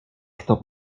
kto